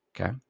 okay